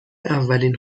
اولین